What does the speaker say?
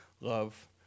love